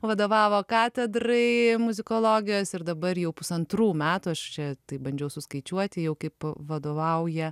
vadovavo katedrai muzikologijos ir dabar jau pusantrų metų aš čia taip bandžiau suskaičiuoti jau kaip vadovauja